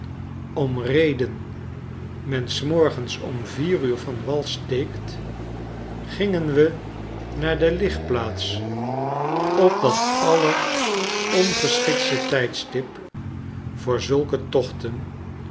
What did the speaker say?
om reden men s morgens om vier uur van wal steekt gingen we naar de ligplaats op dat allerongeschiktste tydstip voor zulke tochten